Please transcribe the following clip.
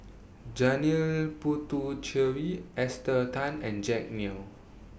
Janil Puthucheary Esther Tan and Jack Neo